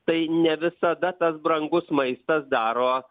tai ne visada tas brangus maistas daro